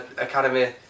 Academy